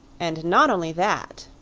and not only that,